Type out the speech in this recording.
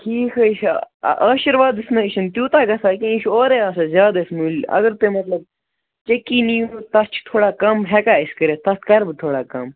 ٹھیٖک حظ چھُ آشِروادَس نَے چھُنہٕ تیوٗتاہ گژھان کیٚنٛہہ یہِ چھِ اورَے آسا زیادٕ اَسہِ مٔلۍ اگر تُہۍ مطلب چٔکی نِیِو تَتھ چھِ تھوڑا کَم ہٮ۪کان أسۍ کٔرِتھ تَتھ کَرٕ بہٕ تھوڑا کَم